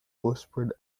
whispered